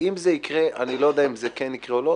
אני לא יודע אם זה יקרה או לא,